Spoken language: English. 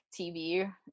TV